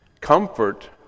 comfort